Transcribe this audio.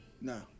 No